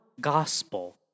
gospel